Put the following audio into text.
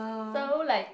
so like